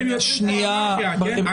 תודה.